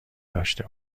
داشته